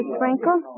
Sprinkle